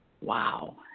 wow